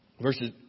verses